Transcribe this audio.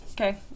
Okay